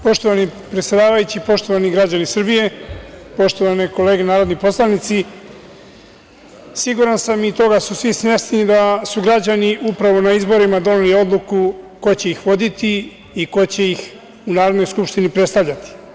Poštovani predsedavajući, poštovani građani Srbije, poštovane kolege narodni poslanici, siguran sam i toga su svi svesni da su građani upravo na izborima doneli odluku ko će ih voditi i ko će ih u Narodnoj skupštini predstavljati.